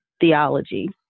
theology